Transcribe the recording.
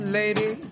lady